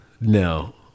No